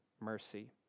mercy